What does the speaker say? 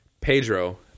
Pedro